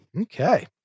Okay